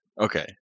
Okay